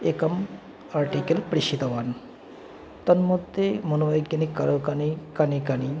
एकम् आर्टिकल् प्रेषितवान् तन्मध्ये मनोवैज्ञनिककर्यकानि कानि कानि